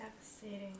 Devastating